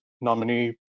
nominee